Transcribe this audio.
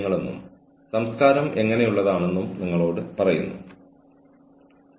അവർ ഏറ്റെടുത്ത ജോലിയോടുള്ള അവരുടെ വിശ്വാസ്യതയെയും പ്രതിബദ്ധതയെയും സംശയിക്കാൻ അത് സംഘടനയ്ക്ക് ഒരു കാരണം സൃഷ്ടിക്കും